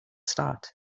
start